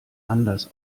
anders